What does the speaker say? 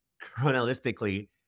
chronologically